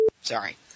Sorry